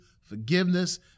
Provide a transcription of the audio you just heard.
forgiveness